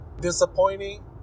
disappointing